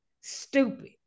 stupid